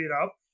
up